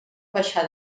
baixar